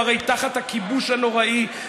הוא הרי תחת הכיבוש הנוראי.